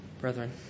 Brethren